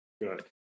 Good